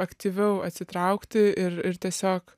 aktyviau atsitraukti ir ir tiesiog